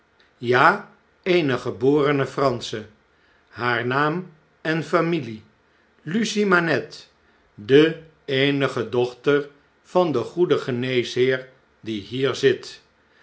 ja eene geborene eransche b haar naam en familie lucie manette de eenige dochter van den goeden geneesheer die hier zit